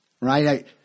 right